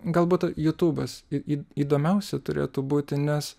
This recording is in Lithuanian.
galbūt jutubas į į įdomiausia turėtų būti nes